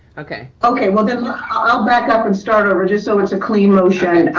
okay. okay, well then i'll back up and start over just so it's a clean motion.